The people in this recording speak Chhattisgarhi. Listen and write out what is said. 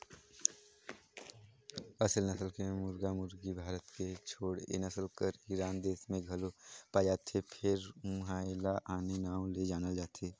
असेल नसल के मुरगा मुरगी भारत के छोड़े ए नसल हर ईरान देस में घलो पाये जाथे फेर उन्हा एला आने नांव ले जानल जाथे